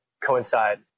coincide